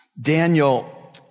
Daniel